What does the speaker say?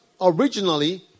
originally